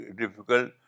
difficult